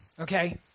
okay